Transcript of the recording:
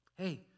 hey